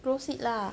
proceed lah